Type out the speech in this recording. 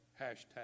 hashtag